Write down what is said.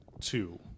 two